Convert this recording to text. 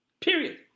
Period